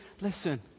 listen